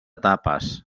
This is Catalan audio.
tapes